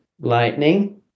lightning